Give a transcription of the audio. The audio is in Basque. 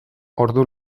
ordu